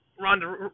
Ronda